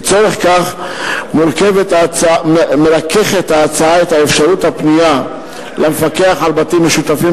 לצורך כך מרככת ההצעה את אפשרות הפנייה למפקח על בתים משותפים